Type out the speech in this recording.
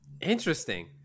Interesting